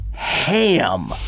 Ham